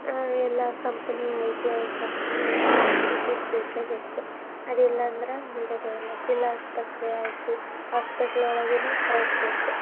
ಎಲ್ಲ company I T I ಕಂಪ್ನಿಲ್ಲೆಲ್ಲ ವಿದ್ಯುತ್ ಬೇಕೇ ಬೇಕು ಅದಿಲ್ಲ ಅಂದ್ರೆ ನಡಿಯೋದೆ ಇಲ್ಲ ಜಿಲ್ಲಾಸ್ಪತ್ರೆ ಆಯಿತು ಹಾಸ್ಪೆಟ್ಲ್ ಒಳಗೂನು ಕರೆಂಟ್ ಬೇಕು